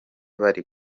bari